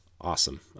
Awesome